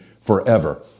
forever